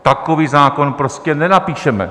Takový zákon prostě nenapíšeme.